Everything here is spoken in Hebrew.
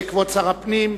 כבוד שר הפנים,